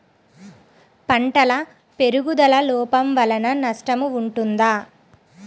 పంటల పెరుగుదల లోపం వలన నష్టము ఉంటుందా?